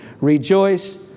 Rejoice